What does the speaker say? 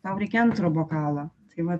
tau reikia antro bokalo tai va